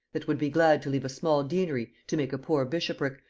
that would be glad to leave a small deanery to make a poor bishopric,